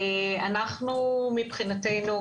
מבחינתנו,